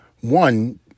one